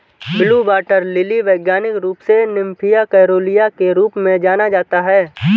blue water lily वैज्ञानिक रूप से निम्फिया केरूलिया के रूप में जाना जाता है